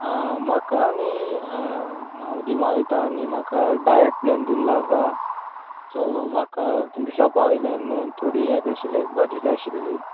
आं म्हाका न्ही हांव जिमान वयता आनी म्हाका डायट प्लॅन दिल्लो आसा सो म्हाका तुमचे शॉपा वयल्यान थोडी हें जाय आशिल्ली एक भाजी आशिल्ली